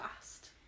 fast